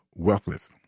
wealthless